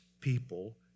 people